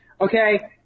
okay